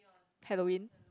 Halloween